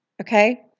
okay